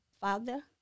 father